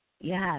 yes